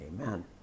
Amen